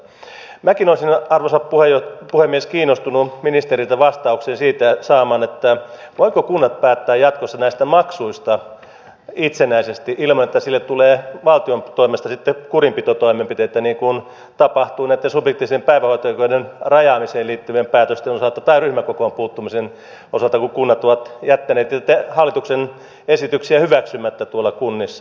minäkin olisin arvoisa puhemies kiinnostunut saamaan ministeriltä vastauksen siihen voivatko kunnat päättää jatkossa näistä maksuista itsenäisesti ilman että niille sitten tulee valtion toimesta kurinpitotoimenpiteitä niin kuin tapahtui subjektiivisen päivähoito oikeuden rajaamiseen liittyvien päätösten osalta tai ryhmäkokoon puuttumisen osalta kun kunnat ovat jättäneet hallituksen esityksiä hyväksymättä tuolla kunnissa